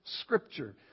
Scripture